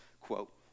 quote